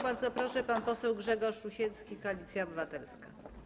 Bardzo proszę, pan poseł Grzegorz Rusiecki, Koalicja Obywatelska.